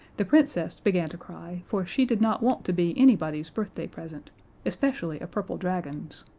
the princess began to cry, for she did not want to be anybody's birthday present especially a purple dragon's.